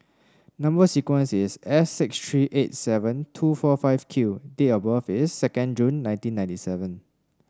number sequence is S six three eight seven two four five Q date of birth is second June nineteen ninety seven